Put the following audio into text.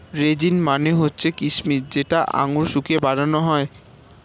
raisin মানে হচ্ছে কিচমিচ যেটা আঙুর শুকিয়ে বানানো হয়